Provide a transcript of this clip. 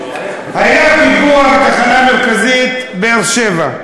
היה פיגוע בתחנה המרכזית בבאר-שבע.